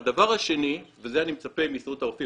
והדבר השני, וזה אני מצפה מהסתדרות הרופאים.